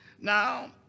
Now